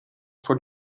voor